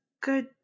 good